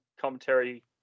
commentary